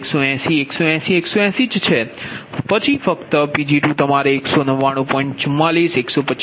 તેથી Pg1 એ 180 180 180 છે અને પછી ફક્ત Pg2તમારે 199